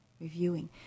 reviewing